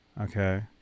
Okay